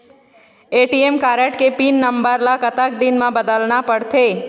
ATM card के pin number ला कतक दिन म बदलना पड़थे?